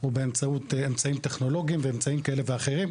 הוא באמצעות אמצעים טכנולוגיים ואמצעים כאלה ואחרים.